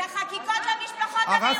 את החקיקות למשפחות המיוחדות?